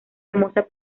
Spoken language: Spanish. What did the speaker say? hermosa